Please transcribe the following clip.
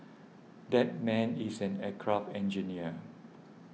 that man is an aircraft engineer